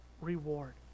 reward